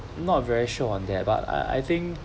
not very sure on that but I I think